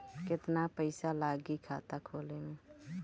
केतना पइसा लागी खाता खोले में?